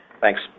Thanks